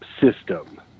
system